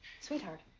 sweetheart